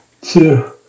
two